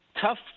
tough